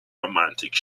romantic